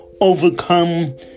overcome